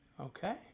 okay